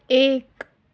ایک